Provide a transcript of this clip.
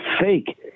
fake